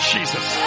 Jesus